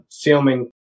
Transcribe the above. filming